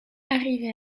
arrivés